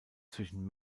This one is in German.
zwischen